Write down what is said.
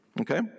Okay